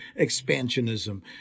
expansionism